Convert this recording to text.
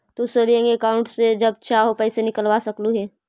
तू saving account से जब चाहो पैसे निकलवा सकलू हे